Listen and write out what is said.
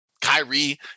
Kyrie